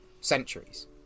centuries